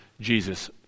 Jesus